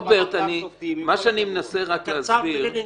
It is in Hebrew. רוברט, מה שאני מנסה להסביר -- הקצב מלנינגרד.